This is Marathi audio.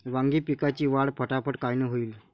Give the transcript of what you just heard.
वांगी पिकाची वाढ फटाफट कायनं होईल?